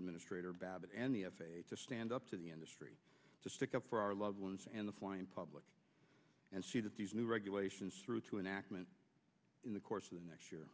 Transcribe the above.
administrator babbitt and the f a a to stand up to the industry to stick up for our loved ones and the flying public and see that these new regulations through to an accident in the course of the next year